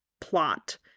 plot